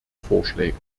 vorschläge